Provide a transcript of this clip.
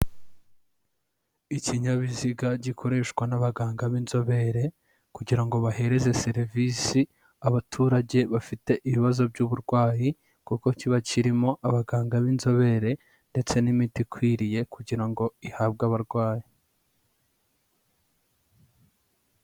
Ikinyabiziga gikoreshwa n'abaganga b'inzobere, kugira ngo bahereze serivisi abaturage bafite ibibazo by'uburwayi, kuko kiba kirimo abaganga b'inzobere ndetse n'imiti ikwiriye kugira ngo ihabwe abarwayi.